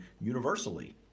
universally